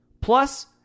Plus